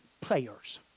players